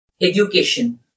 Education